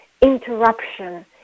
interruption